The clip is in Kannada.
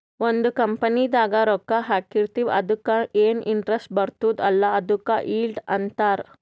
ಒಂದ್ ಕಂಪನಿದಾಗ್ ರೊಕ್ಕಾ ಹಾಕಿರ್ತಿವ್ ಅದುಕ್ಕ ಎನ್ ಇಂಟ್ರೆಸ್ಟ್ ಬರ್ತುದ್ ಅಲ್ಲಾ ಅದುಕ್ ಈಲ್ಡ್ ಅಂತಾರ್